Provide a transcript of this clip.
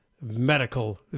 medical